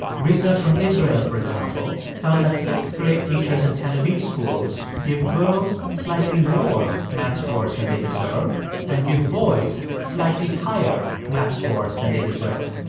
research from israel, for example, found that sixth-grade teachers in tel aviv schools give girls slightly lower math scores than they deserve and give boys slightly higher math scores than they deserve.